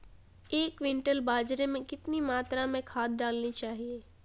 एक क्विंटल बाजरे में कितनी मात्रा में खाद डालनी चाहिए?